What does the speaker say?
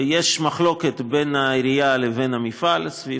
יש מחלוקת בין העירייה ובין המפעל סביב